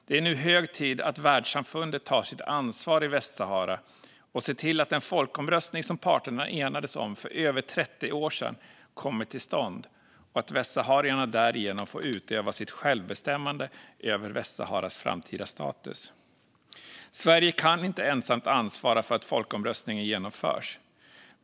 Det är nu hög tid att världssamfundet tar sitt ansvar i Västsahara och ser till att den folkomröstning som parterna enades om för över 30 år sedan kommer till stånd och att västsaharierna därigenom får utöva sitt självbestämmande över Västsaharas framtida status. Sverige kan inte ensamt ansvara för att folkomröstningen genomförs.